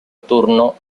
turno